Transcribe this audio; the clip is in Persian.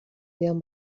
بیام